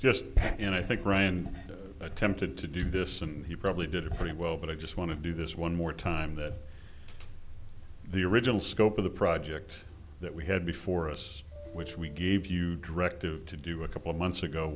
just and i think brian attempted to do this and he probably did it pretty well but i just want to do this one more time that the original scope of the project that we had before us which we gave you directed to do a couple of months ago